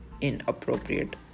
inappropriate